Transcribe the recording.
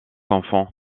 enfants